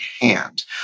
hand